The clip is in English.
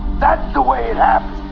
that's the way it um